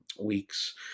weeks